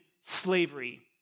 slavery